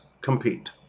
compete